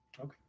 Okay